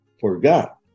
forgot